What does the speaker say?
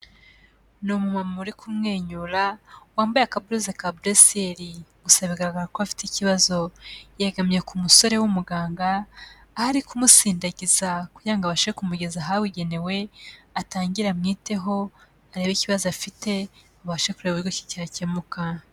Ni umu mama uri kumwenyura, wambaye akaburuza ka burusiyeri; gusa bigaragara ko afite ikibazo. Yegamye ku musore w'umuganga, aho ari kumusindagiza kugira ngo abashe kumugeza ahabugenewe, atangire amwiteho, arebe ikibazo afite babashe kureba uburyo ki cyakemuka.